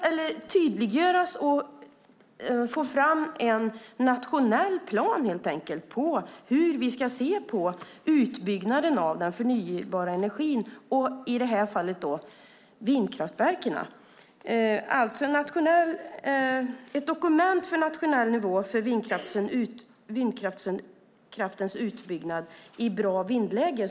Man måste helt enkelt få fram en nationell plan för hur vi ska se på utbyggnaden av den förnybara energin och i det här fallet vindkraftverken. Tidigare har vi talat om ett dokument på nationell nivå för vindkraftens utbyggnad i bra vindläge.